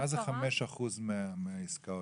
מה זה חמישה אחוזים מהעסקאות?